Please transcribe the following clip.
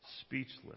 speechless